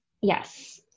Yes